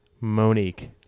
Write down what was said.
Monique